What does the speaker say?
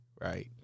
right